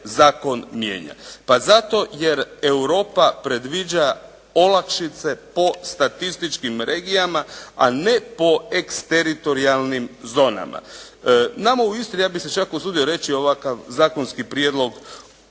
zakon mijenja? Pa zato jer Europa predviđa olakšice po statističkim regijama a ne po ex-teritorijalnim zonama. Nama u Istri, ja bih se čak usudio reći ovakav zakonski prijedlog